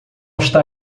está